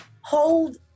Hold